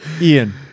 Ian